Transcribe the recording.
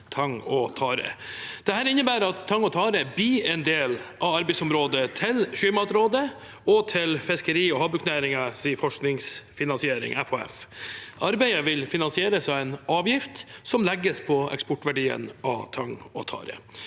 tang og tare. Dette innebærer at tang og tare blir en del av arbeidsområdet til Sjømatrådet og til Fiskeri- og havbruksnæringens forskningsfinansiering, FHF. Arbeidet vil finansieres av en avgift som legges på eksportverdien av tang og tare.